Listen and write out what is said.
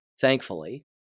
thankfully